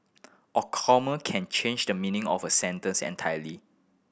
a comma can change the meaning of a sentence entirely